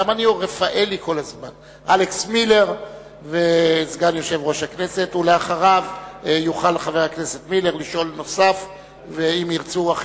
לאחר מכן יוכל חבר הכנסת מילר לשאול שאלה נוספת,